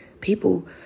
People